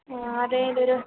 ആരുടെലൊരു